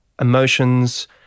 emotions